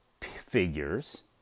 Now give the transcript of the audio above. figures